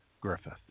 Griffith